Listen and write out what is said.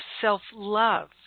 self-love